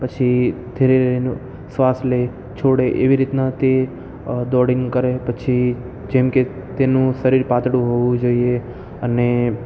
પછી ધીરે એનું શ્વાસ લે છોડે એવી રીતના તે દોળીન કરે પછી જેમકે તેનું શરીર પાતળું હોવું જોઈએ અને